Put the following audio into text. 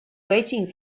waiting